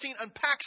unpacks